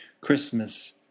Christmas